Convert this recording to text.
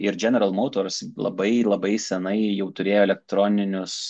ir dženeral motors labai labai senai jau turėjo elektroninius